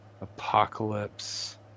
Apocalypse